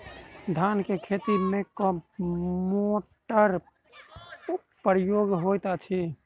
धान केँ खेती मे केँ मोटरक प्रयोग होइत अछि?